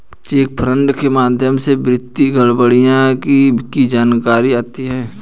check fraud के माध्यम से वित्तीय गड़बड़ियां की जाती हैं